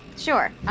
sure,